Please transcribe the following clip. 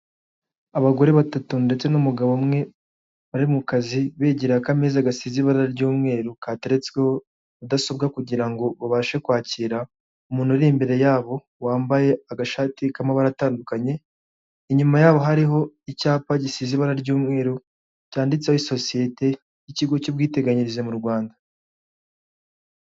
Abagore batatu ndetse n'umugabo umwe, bari mu kazi, begereye akameza gasize ibara ry'umweru kateretsweho mudasobwa kugira ngo babashe kwakira, umuntu uri imbere yabo wambaye agashati k'amabara atandukanye, inyuma yabo hariho icyapa gisize ibara ry'umweru, cyanditseho isosiyete y'ikigo cy'ubwiteganyirize mu Rwanda.